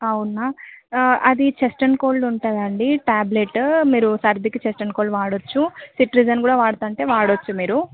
అవునా అది chest and cold ఉంటుందండి ట్యాబ్లెట్ మీరు సర్దికి చెస్ట్ అండ్ కోల్డ్ వాడొచ్చు సిట్రిజిన్ కూడా వాడతానంటే వాడొచ్చు మీరు